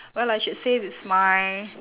well I should say it's my